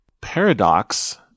Paradox